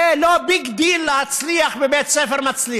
זה לא ביג דיל להצליח בבית ספר מצליח.